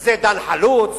זה דן חלוץ,